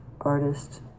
artist